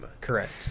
Correct